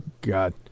God